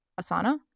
Asana